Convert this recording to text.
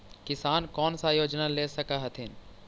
किसान कोन सा योजना ले स कथीन?